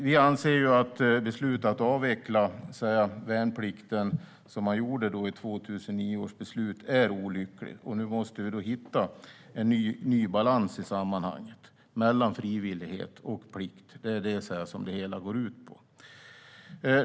Vi anser att 2009 års beslut att avveckla värnplikten är olyckligt. Nu måste vi hitta en ny balans mellan frivillighet och plikt. Det är vad det hela går ut på.